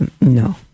no